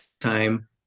time